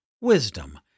Wisdom